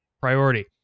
priority